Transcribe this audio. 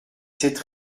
cette